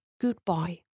goodbye